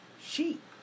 sheep